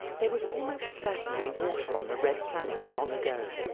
there was almost certainly water on the red planet long ago.